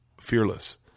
fearless